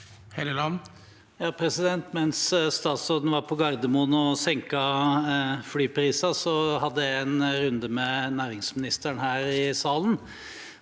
Mens statsråden var på Gardermoen og senket flypriser, hadde jeg en runde med næringsministeren her i salen.